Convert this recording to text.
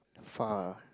far ah